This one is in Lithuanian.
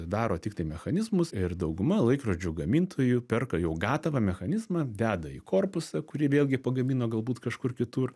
daro tiktai mechanizmus ir dauguma laikrodžių gamintojų perka jau gatavą mechanizmą deda į korpusą kurį vėlgi pagamino galbūt kažkur kitur